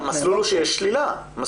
המסלול הוא שיש שלילה.